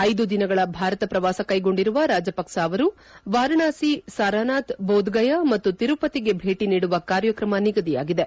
ಐದು ದಿನಗಳ ಭಾರತ ಪ್ರವಾಸ ಕೈಗೊಂಡಿರುವ ರಾಜಪಕ್ಲ ಅವರು ವಾರಾಣಸಿ ಸಾರ್ನಾಥ್ ಬೋಧ್ಗಯಾ ಮತ್ತು ತಿರುಪತಿಗೆ ಭೇಟಿ ನೀಡುವ ಕಾರ್ಯಕ್ರಮ ನಿಗದಿಯಾಗಿದೆ